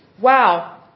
Wow